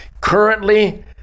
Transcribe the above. Currently